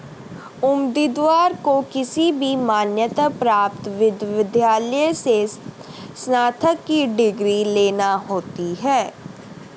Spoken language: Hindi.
उम्मीदवार को किसी भी मान्यता प्राप्त विश्वविद्यालय से स्नातक की डिग्री लेना होती है